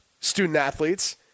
student-athletes